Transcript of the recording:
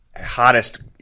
hottest